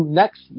next